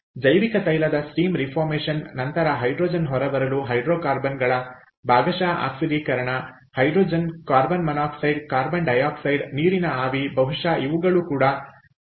ಜೈವಿಕ ತೈಲದ steam reformation ನಂತರ ಹೈಡ್ರೋಜನ್ ಹೊರಬರಲು ಹೈಡ್ರೋಕಾರ್ಬನ್ಗಳ ಭಾಗಶಃ ಆಕ್ಸಿಡೀಕರಣ hydrogen carbon monoxide carbon dioxide ನೀರಿನ ಆವಿ ಬಹುಶಃ ಇವುಗಳು ಕೂಡ ಉತ್ಪನ್ನಗಳು ಆಗಿದೆ